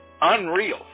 Unreal